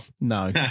No